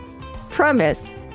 Promise